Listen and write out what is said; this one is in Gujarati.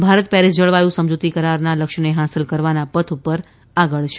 ભારત પેરિસ જળવાયુ સમજૂતી કરારનાં લક્ષ્યને હાંસલ કરવાના પથ ઉપર આગળ છે